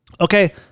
okay